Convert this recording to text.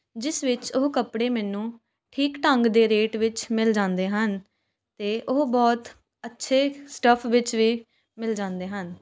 ਜਿਸ ਵਿੱਚ ਉਹ ਕੱਪੜੇ ਮੈਨੂੰ ਠੀਕ ਢੰਗ ਦੇ ਰੇਟ ਵਿੱਚ ਮਿਲ ਜਾਂਦੇ ਹਨ ਅਤੇ ਉਹ ਬਹੁਤ ਅੱਛੇ ਸਟੱਫ ਵਿੱਚ ਵੀ ਮਿਲ ਜਾਂਦੇ ਹਨ